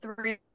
three